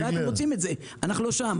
אולי אתם רוצים את זה, אנחנו לא שם.